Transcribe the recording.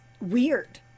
weird